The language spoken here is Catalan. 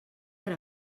per